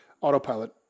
autopilot